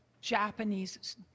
japanese